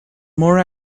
more